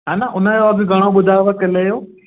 हा न उन जो अघु घणो ॿुधायव किले जो